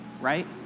right